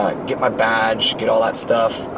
get my badge, get all that stuff.